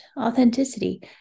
authenticity